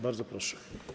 Bardzo proszę.